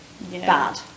bad